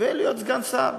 ולהיות סגן שר.